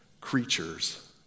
creatures